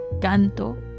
canto